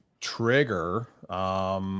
trigger